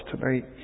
tonight